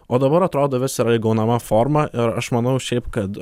o dabar atrodo vis yra įgaunama forma ir aš manau šiaip kad